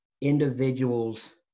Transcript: individuals